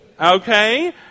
Okay